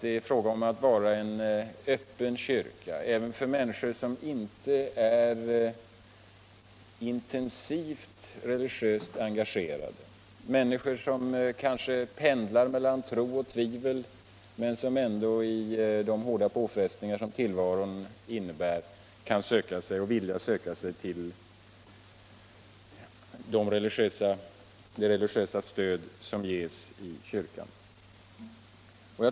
Svenska kyrkan måste vara en öppen kyrka även för människor som inte är intensivt religiöst engagerade, människor som kanske pendlar mellan tro och tvivel men som ändå i de hårda påfrestningar som tillvaron innebär vill söka det religiösa stöd som ges i kyrkan.